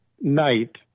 night